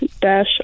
dash